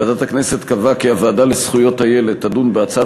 ועדת הכנסת קבעה כי הוועדה לזכויות הילד תדון בהצעת